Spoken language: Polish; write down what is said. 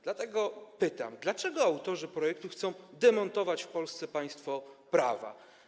Dlatego pytam: Dlaczego autorzy projektu chcą demontować w Polsce państwo prawa?